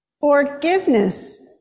Forgiveness